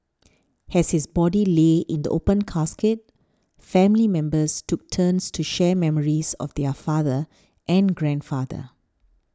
as his body lay in the open casket family members took turns to share memories of their father and grandfather